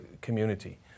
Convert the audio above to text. community